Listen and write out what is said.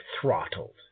throttled